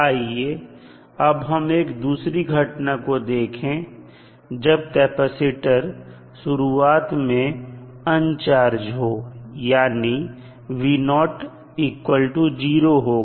आइए अब हम एक दूसरी घटना को देखें जब कैपेसिटर शुरुआत में अनचार्ज हो यानी 0 होगा